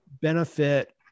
benefit